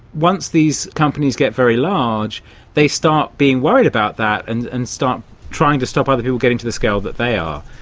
once these companies get very large they start being worried about that and and start trying to stop other people getting to the scale that they are.